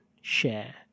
share